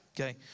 Okay